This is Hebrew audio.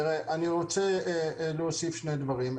תראה, אני רוצה להוסיף שני דברים.